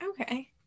Okay